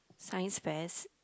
Science fest